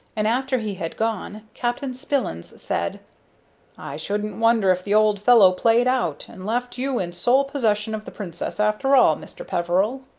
and, after he had gone, captain spillins said i shouldn't wonder if the old fellow played out and left you in sole possession of the princess, after all, mr. peveril.